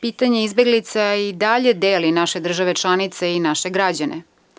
Pitanje izbeglica i dalje deli naše države članice i naše građane.